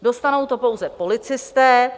Dostanou to pouze policisté.